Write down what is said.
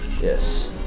Yes